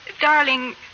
darling